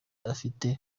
afite